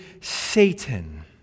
Satan